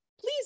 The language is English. please